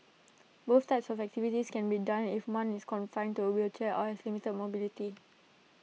both types of activities can be done even if one is confined to A wheelchair or has limited mobility